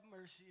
mercy